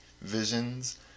visions